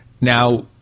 Now